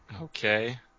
Okay